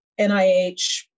NIH